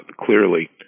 Clearly